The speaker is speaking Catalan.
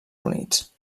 units